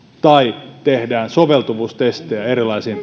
tai tehdään soveltuvuustestejä erilaisiin